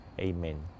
Amen